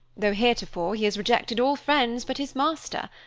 though heretofore he has rejected all friends but his master.